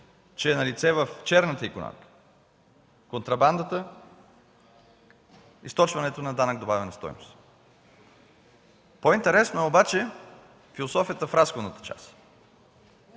че е налице в черната икономика, контрабандата, източването на данък добавена стойност. По-интересна е обаче философията в разходната част.